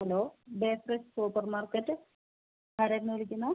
hello bakers supermarket ആരായിരുന്നു വിളിക്കുന്നു